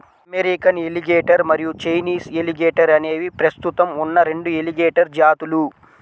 American alligator మరియు Chinese alligator అనేవి ప్రస్తుతం ఉన్న రెండు ఎలిగేటర్ జాతులు